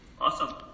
Awesome